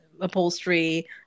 upholstery